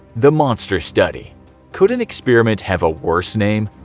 the monster study could an experiment have a worse name?